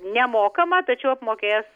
nemokama tačiau apmokės